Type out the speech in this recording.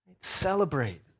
Celebrate